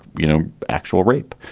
you know, actual rape.